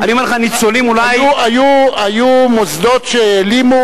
היו מוסדות שהעלימו